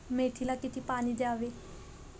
मेथीला किती पाणी द्यावे?